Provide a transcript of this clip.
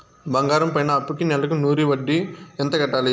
బంగారం పైన అప్పుకి నెలకు నూరు వడ్డీ ఎంత కట్టాలి?